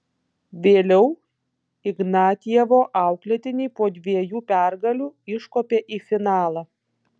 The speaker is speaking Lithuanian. vėliau ignatjevo auklėtiniai po dviejų pergalių iškopė į finalą